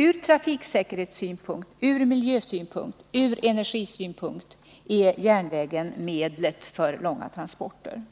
Ur trafiksäkerhetssynpunkt, ur miljösynpunkt, ur energisynpunkt är järnvägen medlet för långa transporter.